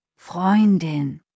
Freundin